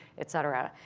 et cetera.